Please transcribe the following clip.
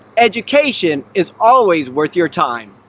education is always worth your time.